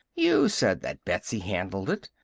you said that betsy handled it.